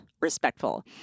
respectful